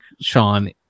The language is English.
Sean